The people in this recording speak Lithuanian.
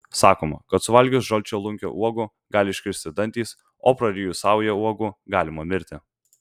sakoma kad suvalgius žalčialunkio uogų gali iškristi dantys o prarijus saują uogų galima mirti